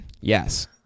Yes